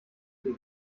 wir